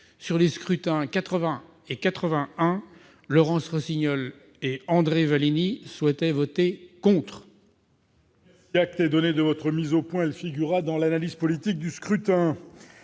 sur les scrutins 80 et 81 Laurence Rossignol et André Vallini souhaitaient voter contre. L'acte et donner de votre mise au point, elle figurera dans l'analyse politique du scrutin,